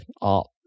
art